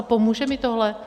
Pomůže mi tohle?